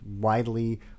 widely